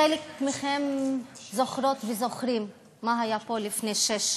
חלק מכם זוכרות וזוכרים מה היה פה לפני שש שנים.